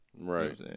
right